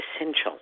essential